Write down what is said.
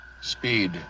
Speed